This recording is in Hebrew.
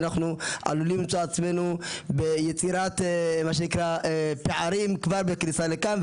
אנחנו עלולים למצוא עצמנו ביצירת מה שנקרא פערים כבר בכניסה לכאן,